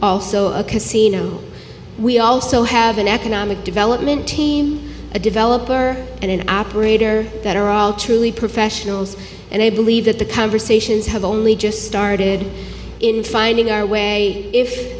also a casino we also have an economic development a developer and an operator that are all truly professionals and i believe that the conversations have only just started in finding our way if